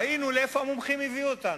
כי ראינו לאן המומחים הביאו אותנו.